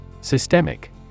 Systemic